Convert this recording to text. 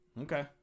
Okay